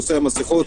בנושא המסכות